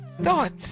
thoughts